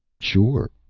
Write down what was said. sure.